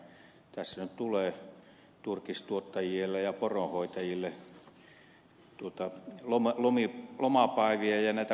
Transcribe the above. tässä nyt tulee turkistuottajille ja poronhoitajille lomapäiviä ja näitä kokeiluita